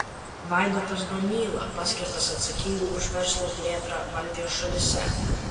vaidotas donyla paskirtas atsakingu už verslo plėtrą baltijos šalyse